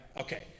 Okay